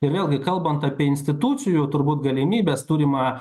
ir vėlgi kalbant apie institucijų turbūt galimybes turimą